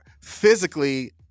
physically